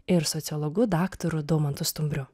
ir sociologu daktaru daumantu stumbriu